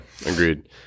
agreed